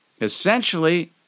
essentially